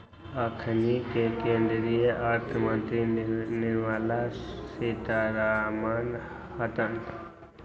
अखनि के केंद्रीय अर्थ मंत्री निर्मला सीतारमण हतन